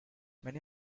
many